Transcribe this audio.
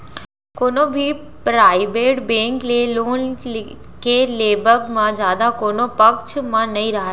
कोनो भी private bank ले लोन के लेवब म जादा कोनो पक्छ म नइ राहय